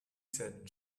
said